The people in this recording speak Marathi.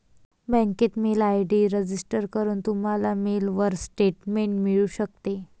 बँकेत मेल आय.डी रजिस्टर करून, तुम्हाला मेलवर स्टेटमेंट मिळू शकते